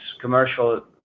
commercial